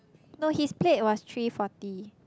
no his plate was three forty